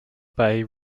bay